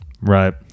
Right